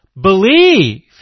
believe